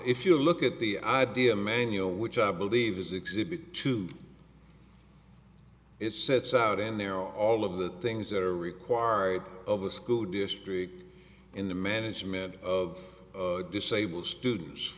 if you look at the idea manual which i believe is exhibit two it sets out in there all of the things that are required of a school district in the management of disabled students